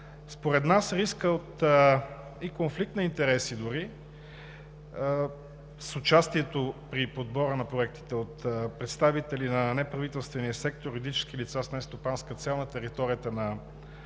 Според нас рискът и конфликт на интереси дори с участието при подбора на проектите на представители на неправителствения сектор – юридически лица с нестопанска цел на територията на